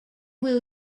will